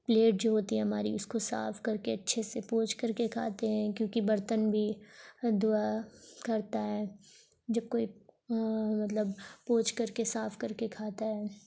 plate جو ہوتی ہے ہماری اس کو صاف کر کے اچھے سے پوچھ کر کے کھاتے ہیں کیونکہ برتن بھی دعا کرتا ہے جب کوئی مطلب پوچھ کر کے صاف کر کے کھاتا ہے